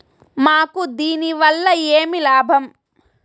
మాకు దీనివల్ల ఏమి లాభం